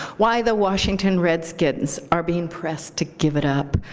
why the washington redskins are being pressed to give it up,